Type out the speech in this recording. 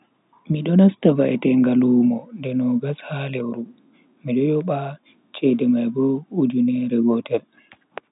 Mido nasta va'etenga lumo nde nogas ha lewru, mido yobe cede mai bo ujunere gotel.